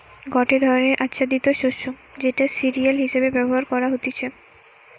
গটে ধরণের আচ্ছাদিত শস্য যেটা সিরিয়াল হিসেবে ব্যবহার করা হতিছে